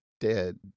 dead